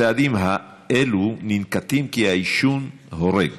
הצעדים האלו ננקטים כי העישון הורג,